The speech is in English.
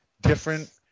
different –